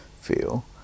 feel